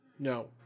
no